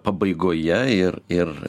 pabaigoje ir ir